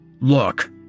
Look